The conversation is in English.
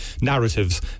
narratives